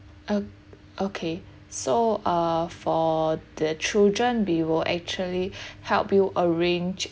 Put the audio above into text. o~ okay so uh for the children we will actually help you arrange